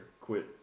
quit